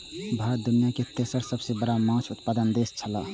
भारत दुनिया के तेसर सबसे बड़ा माछ उत्पादक देश छला